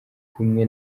kumwe